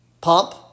pump